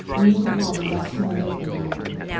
you needn't bother about coming with me, either.